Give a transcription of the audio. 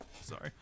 Sorry